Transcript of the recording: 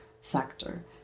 sector